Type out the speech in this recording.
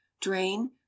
drain